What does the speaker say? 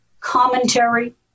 commentary